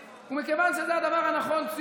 בין שהם אוהבים אותו ובין שלא,